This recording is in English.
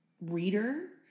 reader